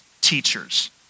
teachers